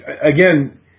again